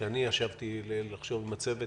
כאשר אני ישבתי לחשוב עם הצוות